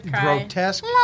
grotesque